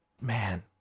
man